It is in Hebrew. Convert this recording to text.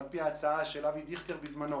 על פי ההצעה של אבי דיכטר בזמנו,